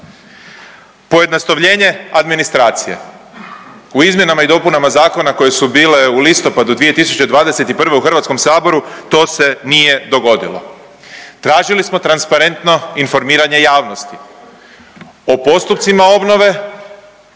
Pojednostavljenje administracije, u izmjenama i dopunama zakona koje su bile u listopadu 2021. u HS to se nije dogodilo. Tražili smo transparentno informiranje javnosti o postupcima obnove,